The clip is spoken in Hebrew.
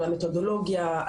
על המתודולוגיה,